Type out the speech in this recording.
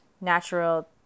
natural